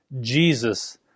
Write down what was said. Jesus